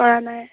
কৰা নাই